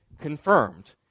confirmed